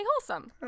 wholesome